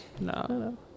No